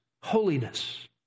holiness